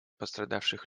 пострадавших